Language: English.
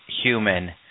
human